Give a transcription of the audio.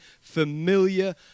familiar